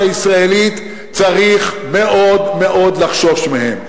ישראלית צריך מאוד מאוד לחשוש מהם.